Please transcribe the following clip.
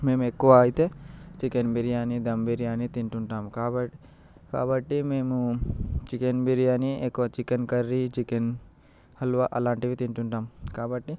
మేము ఎక్కువ అయితే చికెన్ బిర్యానీ దమ్ బిర్యానీ తింటుంటాం కాబ కాబట్టి మేము చికెన్ బిర్యానీ ఎక్కువ చికెన్ కర్రీ చికెన్ హల్వా అలాంటివి తింటుంటాము కాబట్టి